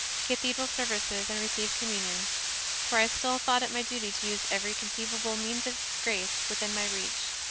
cathedral services and received communion for i still thought it my duty to use every conceivable means of grace within my reach.